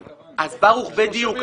בדיוק.